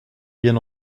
bien